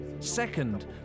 Second